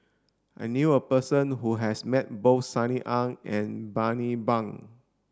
I knew a person who has met both Sunny Ang and Bani Buang